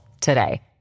today